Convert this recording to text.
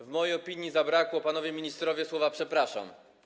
W mojej opinii zabrakło, panowie ministrowie, słowa „przepraszam”